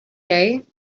day